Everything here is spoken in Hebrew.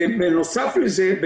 ובנוסף לזה,